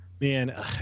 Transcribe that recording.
Man